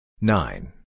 Nine